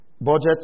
Budgets